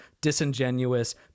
disingenuous